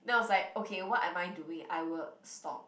then I was like okay what am I doing I will stop